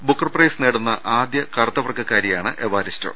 Booker prize നേടുന്ന ആദ്യ കറുത്ത വർഗക്കാ രിയാണ് എവാരിസ്റ്റോ